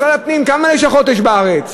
משרד הפנים, כמה לשכות יש בארץ?